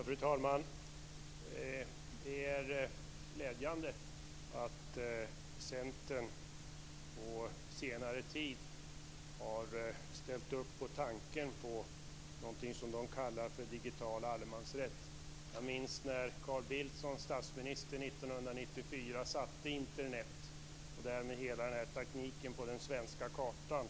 Fru talman! Det är glädjande att Centern på senare tid har ställt upp bakom tanken på någonting som man kallar för digital allemansrätt. Jag minns när Carl Bildt som statsminister 1994 satte Internet, och därmed hela den här tekniken, på den svenska kartan.